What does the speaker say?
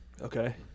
Okay